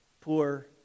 poor